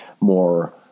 more